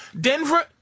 Denver